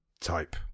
type